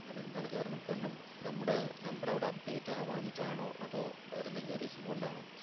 അതെന്താണ് കാരണം കാരണം നമ്മുടെ നമ്പർ അവിടെ അപ്ഡേറ്റ് ആകാഞ്ഞിട്ടാണോ അതോ വേറെ എന്തെങ്കിലും റീസൺ കൊണ്ടാണോ